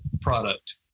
product